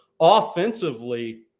offensively